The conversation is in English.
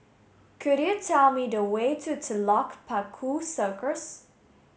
could you tell me the way to Telok Paku Circus